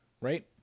Right